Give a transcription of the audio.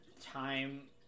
time